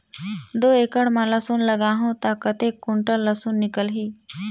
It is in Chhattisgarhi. दो एकड़ मां लसुन लगाहूं ता कतेक कुंटल लसुन निकल ही?